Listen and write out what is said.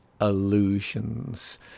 illusions